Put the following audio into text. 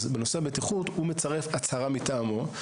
אז בנושא הבטיחות הוא מצרף הצהרה מטעמו.